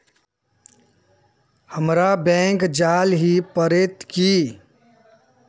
हमरा बैंक जाल ही पड़ते की?